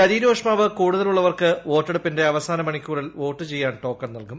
ശരീരോഷ്മാവ് കൂടുതലുള്ളവർക്ക് വോട്ടെടുപ്പിന്റെ അവസാന മണിക്കൂറിൽ വോട്ട് ചെയ്യാൻ ടോക്കൺ നൽകും